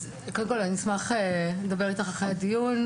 קודם כל אני אשמח לדבר איתך הדס אחרי הדיון,